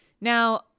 Now